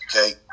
okay